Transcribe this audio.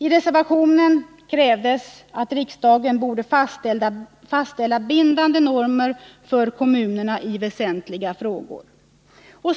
I reservationen krävdes att riksdagen skulle fastställa bindande normer för kommunerna i väsentliga frågor.